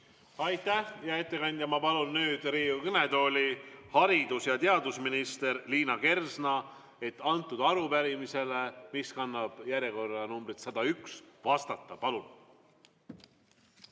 Aitäh, hea ettekandja! Ma palun nüüd Riigikogu kõnetooli haridus- ja teadusminister Liina Kersna, et sellele arupärimisele, mis kannab järjekorranumbrit 101, vastata. Aitäh,